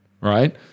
right